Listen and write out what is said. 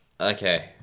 Okay